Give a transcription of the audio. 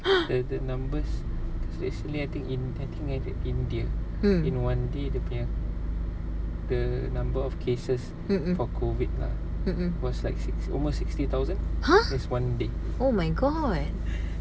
the the numbers just recently I think in~ I think india in one day dia punya the number of cases for COVID lah was like six almost sixty thousand just one day